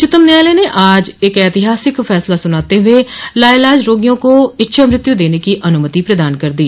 उच्चतम न्यायालय ने आज ऐतिहासिक फैसला सूनाते हुए लाइलाज रोगियों को इच्छा मृत्यु देने की अनुमति प्रदान कर दी